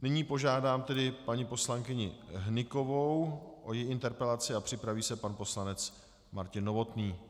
Nyní požádám paní poslankyni Hnykovou o její interpelaci a připraví se pan poslanec Martin Novotný.